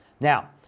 Now